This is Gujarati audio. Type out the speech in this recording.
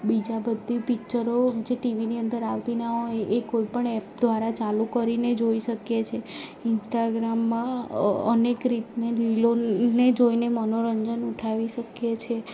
બીજા બધી પીક્ચરો જે ટીવીની અંદર આવતી ના હોય એ કોઈપણ એપ દ્વારા ચાલું કરીને જોઈ શકીએ છીએ ઇન્સ્ટાગ્રામમાં અનેક રીતની રીલો ને જોઈને મનોરંજન ઉઠાવી શકીએ છે